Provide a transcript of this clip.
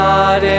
God